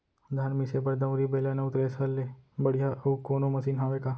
धान मिसे बर दउरी, बेलन अऊ थ्रेसर ले बढ़िया अऊ कोनो मशीन हावे का?